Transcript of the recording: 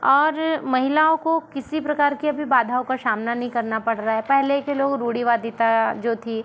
और महिलाओं को किसी प्रकार की भी बाधाओं का सामना नहीं करना पड़ रहा है पहले के लोग रूढ़ीवादिता जो थी